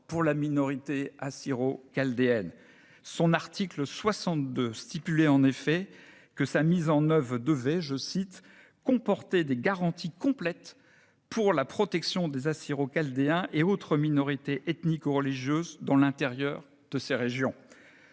pour la minorité assyro-chaldéenne ? Son article 62 prévoyait en effet que sa mise en oeuvre devait « comporter des garanties complètes pour la protection des Assyro-Chaldéens et autres minorités ethniques ou religieuses dans l'intérieur de ces régions ».